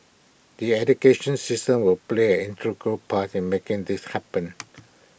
the education system will play an integral part in making this happen